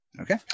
Okay